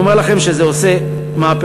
אני אומר לכם שזה עושה מהפכות.